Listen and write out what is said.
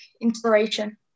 inspiration